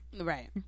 Right